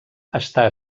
està